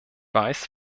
weiß